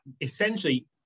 essentially